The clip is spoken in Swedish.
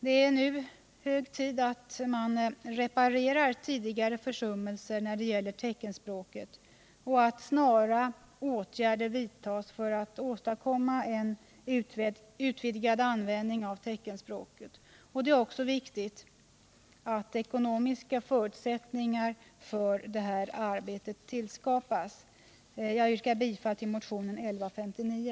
Det är nu hög tid att reparera tidigare försummelser när det gäller teckenspråket och att vidta snara åtgärder för att åstadkomma en utvidgad användning av teckenspråket. Det är också viktigt att ekonomiska förutsättningar för detta arbete skapas. Jag yrkar bifall till motionen 1159.